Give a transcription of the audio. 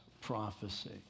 prophecy